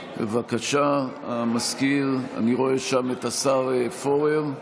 בבקשה, המזכיר, אני רואה שם את השר פורר.